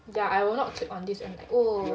ya I will not click on this and like oh